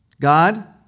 God